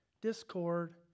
discord